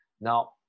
Now